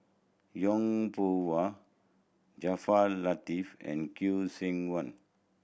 Yong Pung How Jaafar Latiff and Khoo Seok Wan